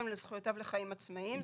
הן זכויותיו לחיים עצמאיים,